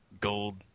gold